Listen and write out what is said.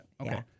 Okay